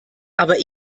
aber